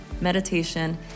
meditation